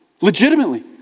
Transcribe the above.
legitimately